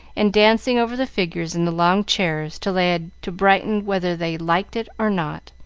and dancing over the figures in the long chairs till they had to brighten whether they liked it or not.